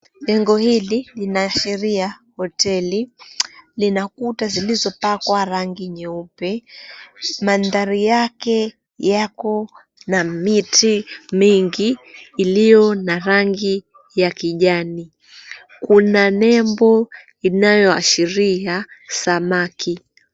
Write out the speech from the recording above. Jengo hili linaashiria hoteli. Lina kuta zilizopakwa rangi nyeupe na mandhari yake yako na miti mingi iliyo na rangi ya kijani. Kuna nembo inayoashiria samaki.